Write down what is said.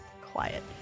Quiet